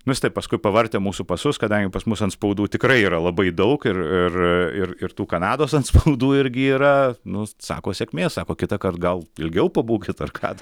nu jis taip paskui pavartė mūsų pasus kadangi pas mus atspaudų tikrai yra labai daug ir ir ir tų kanados atspaudų irgi yra nu sako sėkmės sako kitąkart gal ilgiau pabūkit ar ką